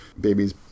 babies